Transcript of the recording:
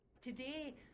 Today